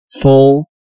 Full